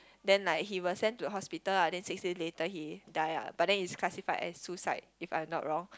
then like he was sent to hospital ah then six days later he die ah but then is classified as suicide if I'm not wrong